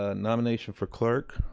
ah nomination for clerk.